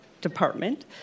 Department